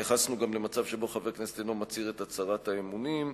התייחסנו גם למצב שבו חבר כנסת אינו מצהיר את הצהרת האמונים.